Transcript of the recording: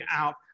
out